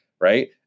Right